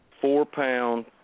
four-pound